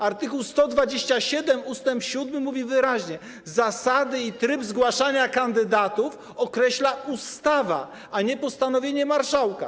Art. 127 ust. 7 mówi wyraźnie: zasady i tryb zgłaszania kandydatów określa ustawa, a nie postanowienie marszałka.